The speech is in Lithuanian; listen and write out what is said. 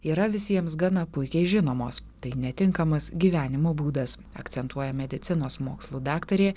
yra visiems gana puikiai žinomos tai netinkamas gyvenimo būdas akcentuoja medicinos mokslų daktarė